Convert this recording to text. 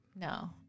no